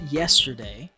yesterday